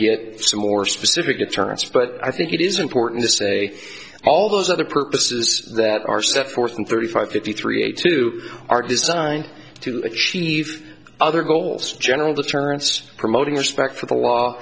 get some more specific deterrents but i think it is important to say all those other purposes that are set forth in thirty five fifty three a two are designed to achieve other goals generally turns promoting respect for the law